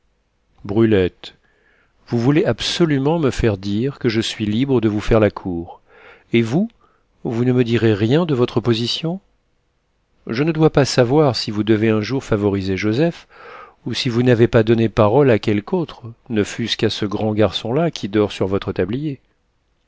brulette vous voulez absolument me faire dire que je suis libre de vous faire la cour et vous vous ne me direz rien de votre position je ne dois pas savoir si vous devez un jour favoriser joseph ou si vous n'avez pas donné parole à quelque autre ne fût-ce qu'à ce grand garçon-là qui dort sur votre tablier